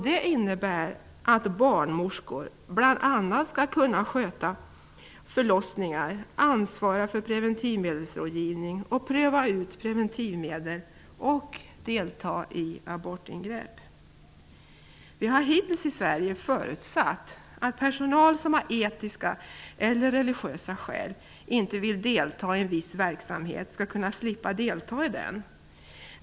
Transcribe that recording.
Det innebär att barnmorskor bl.a. skall kunna sköta förlossningar, ansvara för preventivmedelsrådgivning och pröva ut preventivmedel samt delta i abortingrepp. I Sverige har vi hittills förutsatt att personal som av etiska eller religiösa skäl inte vill delta i en viss verksamhet skall slippa delta i den.